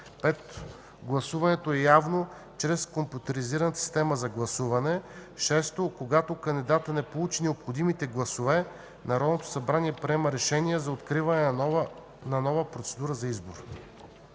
5. Гласуването е явно чрез компютризираната система за гласуване. 6. Когато кандидатът не получи необходимите гласове, Народното събрание приема решение за откриване на нова процедура за избор.”